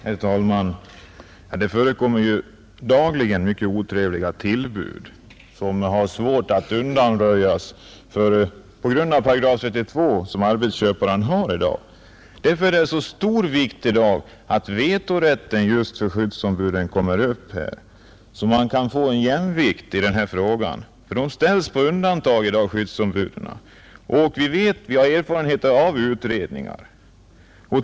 Herr talman! Det förekommer ju dagligen mycket otrevliga tillbud som det är svårt att undanröja. På grund av § 32 som arbetsköparen har är det av stor vikt i dag att vetorätten för skyddsombuden kommer upp, så att man kan få en jämvikt i denna fråga. Skyddsombuden ställs i dag på undantag, och vi har erfarenhet av utredningar.